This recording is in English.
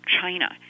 China